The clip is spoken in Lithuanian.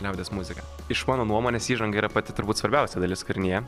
liaudies muziką iš mano nuomonės įžanga yra pati turbūt svarbiausia dalis kūrinyje